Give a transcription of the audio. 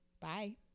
bye